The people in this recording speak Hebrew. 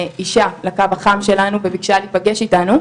אישה לקו החם שלנו וביקשה להיפגש איתנו,